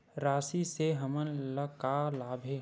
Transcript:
राशि से हमन ला का लाभ हे?